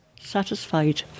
satisfied